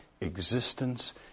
existence